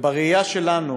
ובראייה שלנו